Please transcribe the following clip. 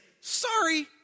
sorry